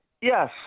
yes